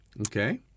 Okay